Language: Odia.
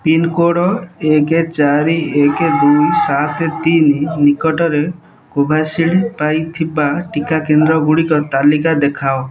ପିନ୍କୋଡ଼ ଏକ ଚାରି ଏକ ଦୁଇ ସାତ ତିନି ନିକଟରେ କୋଭିଶିଲ୍ଡ୍ ପାଇଥିବା ଟିକା କେନ୍ଦ୍ରଗୁଡ଼ିକ ତାଲିକା ଦେଖାଅ